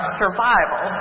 survival